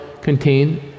contain